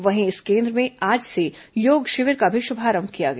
वहीं इस केन्द्र में आज से योग शिविर का भी शुभारंभ किया गया